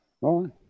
right